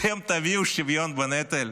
אתם תביאו שוויון בנטל?